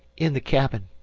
in the cabin.